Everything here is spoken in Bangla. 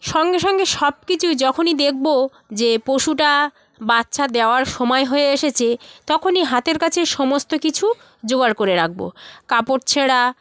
সঙ্গে সঙ্গে সব কিছু যখনই দেখব যে পশুটা বাচ্চা দেওয়ার সময় হয়ে এসেছে তখনই হাতের কাছে সমস্ত কিছু জোগাড় করে রাখব কাপড় ছেঁড়া